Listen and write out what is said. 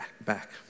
back